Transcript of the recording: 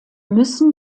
müssen